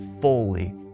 fully